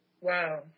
Wow